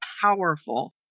powerful